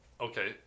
okay